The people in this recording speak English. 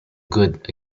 good